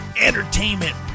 entertainment